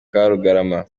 karugarama